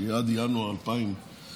שהיא עד ינואר 2025,